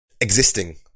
Existing